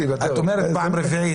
את אומרת פעם רביעית.